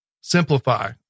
simplify